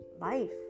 life